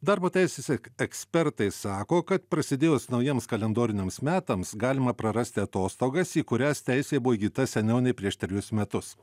darbo teisės ek ekspertai sako kad prasidėjus naujiems kalendoriniams metams galima prarasti atostogas į kurias teisė buvo įgyta seniau nei prieš trejus metus